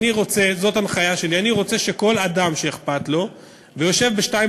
זאת הנחיה שלי: אני רוצה שכל אדם שאכפת לו ויושב בשתיים